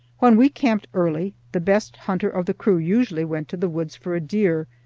when we camped early, the best hunter of the crew usually went to the woods for a deer,